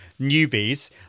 newbies